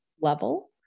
level